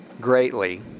greatly